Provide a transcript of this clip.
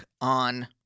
on